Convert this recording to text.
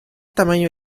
tamaño